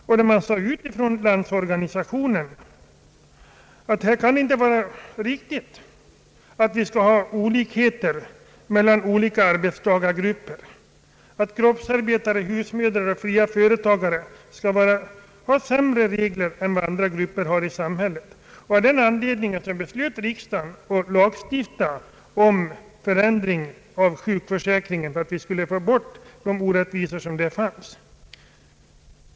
Då sade man klart ut från Landsorganisationens sida, att det inte kan vara riktigt att vi här skall ha olikheter mellan olika arbetstagargrupper, så att för kroppsarbetare, husmödrar och fria företagare skall gälla andra regler än för andra grupper i samhället. Av den anledningen beslöt riksdagen att lagstifta om en förändring av sjukförsäkringen för att vi skulle få bort de orättvisor som fanns.